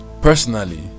personally